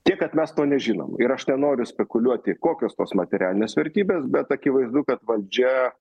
tiek kad mes to nežinom ir aš nenoriu spekuliuoti kokios tos materialinės vertybės bet akivaizdu kad valdžia